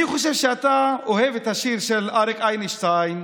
אני חושב שאתה אוהב את השיר של אריק איינשטיין,